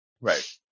Right